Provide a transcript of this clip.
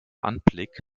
anblick